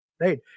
right